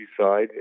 side